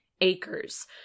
acres